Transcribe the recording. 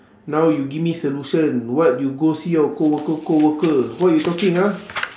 now you give me solution what you go see your coworker coworker what you talking ah